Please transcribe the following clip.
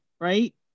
right